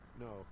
No